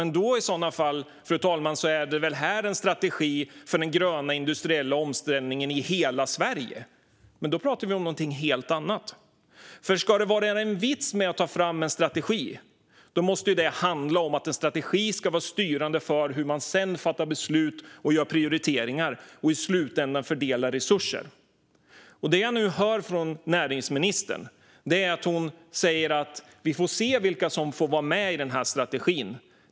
I så fall är det väl en strategi för den gröna industriella omställningen i hela Sverige, men då pratar vi om något helt annat. Vitsen med en strategi måste ju vara att den ska vara styrande för hur man fattar beslut, gör prioriteringar och i slutändan fördelar resurser. Men det jag nu hör från näringsministern är att vi får se vilka som får vara med i strategin.